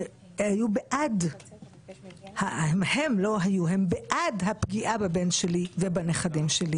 שהם בעד הפגיעה בבן שלי ובנכדים שלי.